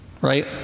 right